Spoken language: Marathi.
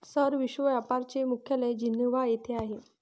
सर, विश्व व्यापार चे मुख्यालय जिनिव्हा येथे आहे